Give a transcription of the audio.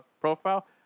profile